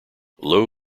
low